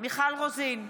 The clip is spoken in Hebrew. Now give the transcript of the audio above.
מיכל רוזין,